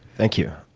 thank you.